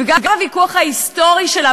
וגם הוויכוח ההיסטורי שלה,